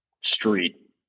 Street